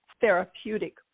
therapeutic